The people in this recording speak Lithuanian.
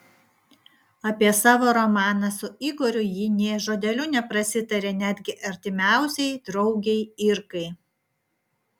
apie savo romaną su igoriu ji nė žodeliu neprasitarė netgi artimiausiai draugei irkai